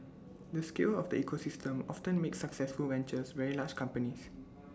the scale of the ecosystem often makes successful ventures very large companies